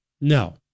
No